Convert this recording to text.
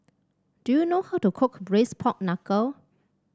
do you know how to cook Braised Pork Knuckle